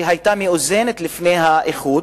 שהיתה מאוזנת לפני האיחוד,